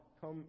come